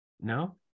No